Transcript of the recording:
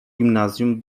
gimnazjum